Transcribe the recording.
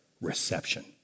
reception